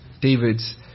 David's